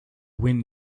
wind